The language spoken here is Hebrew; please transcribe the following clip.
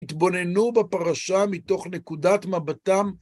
התבוננו בפרשה מתוך נקודת מבטם.